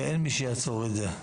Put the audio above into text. ואין מי שיעצור את זה.